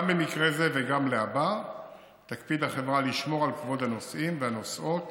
גם במקרה זה וגם להבא תקפיד החברה לשמור על כבוד הנוסעים והנוסעות